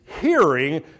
hearing